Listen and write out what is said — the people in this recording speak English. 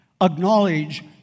acknowledge